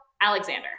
Alexander